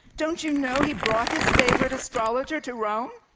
don't you know he brought his favourite astrologer to rome?